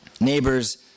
Neighbors